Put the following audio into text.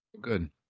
Good